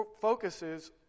focuses